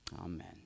Amen